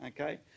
okay